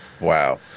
Wow